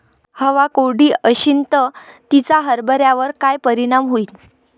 हवा कोरडी अशीन त तिचा हरभऱ्यावर काय परिणाम होईन?